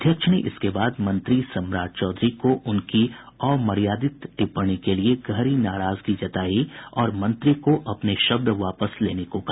अध्यक्ष ने इसके बाद मंत्री सम्राट चौधरी को उनकी अमर्यादित टिप्पणी के लिये गहरी नाराजगी जतायी और मंत्री को अपने शब्द वापस लेने को कहा